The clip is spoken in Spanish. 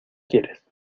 quieres